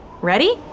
Ready